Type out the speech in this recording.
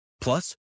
Plus